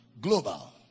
Global